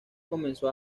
comenzó